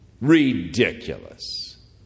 Ridiculous